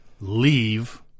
leave